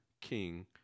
king